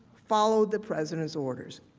follow the president's orders.